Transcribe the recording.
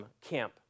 camp